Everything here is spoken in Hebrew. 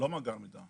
לא מאגר מידע.